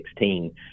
2016